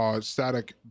Static